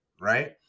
right